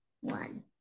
one